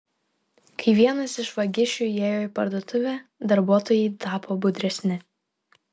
kai vienas iš vagišių įėjo į parduotuvę darbuotojai tapo budresni